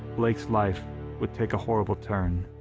blake's life would take a horrible turn,